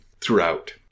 throughout